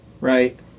Right